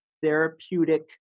Therapeutic